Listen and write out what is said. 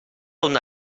una